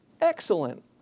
excellent